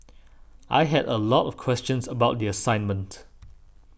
I had a lot of questions about the assignment